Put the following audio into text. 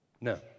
No